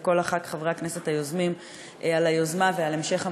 ולכל חברי הכנסת היוזמים על היוזמה ועל המשך המסורת.